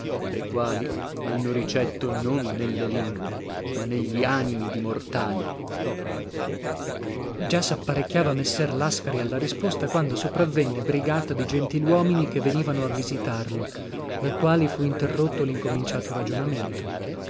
le quali hanno ricetto non nelle lingue ma negli animi di mortali scol già sapparecchiava messer lascari alla risposta quando sopravenne brigata di gentiluomini che venivano a visitarlo da quali fu interrotto lincominciato ragionamento